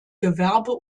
gewerbe